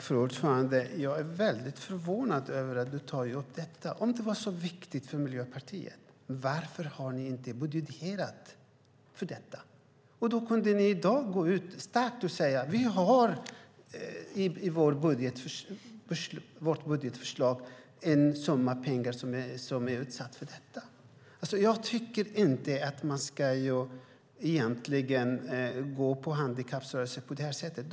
Fru talman! Jag är väldigt förvånad över att du tar upp detta, Agneta Luttropp. Om det är så viktigt för Miljöpartiet, varför har ni inte budgeterat för det? Då hade ni i dag kunnat gå ut starkt och säga: Vi har i vårt budgetförslag en summa pengar som är avsatt för detta. Jag tycker egentligen inte att man ska gå på handikapprörelsen på det sättet.